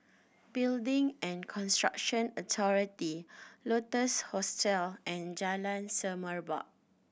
Building and Construction Authority Lotus Hostel and Jalan Semerbak